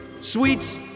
sweets